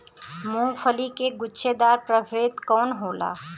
मूँगफली के गुछेदार प्रभेद कौन होला?